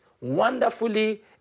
wonderfully